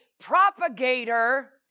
Propagator